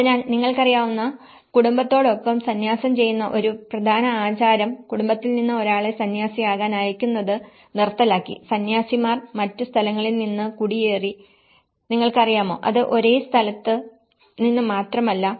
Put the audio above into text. അതിനാൽ നിങ്ങൾക്കറിയാവുന്ന കുടുംബത്തോടൊപ്പം സന്യാസം ചെയ്യുന്ന ഒരു പ്രധാന ആചാരം കുടുംബത്തിൽ നിന്ന് ഒരാളെ സന്യാസിയാകാൻ അയയ്ക്കുന്നത് നിർത്തലാക്കി സന്യാസിമാർ മറ്റ് സ്ഥലങ്ങളിൽ നിന്ന് കുടിയേറി നിങ്ങൾക്കറിയാമോ അത് ഒരേ സ്ഥലത്ത് നിന്ന് മാത്രമല്ല